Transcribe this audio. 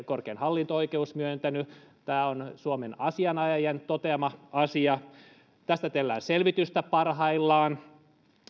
korkein hallinto oikeus myöntänyt tämä on suomen asianajajien toteama asia tästä tehdään selvitystä parhaillaan